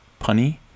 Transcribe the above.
Punny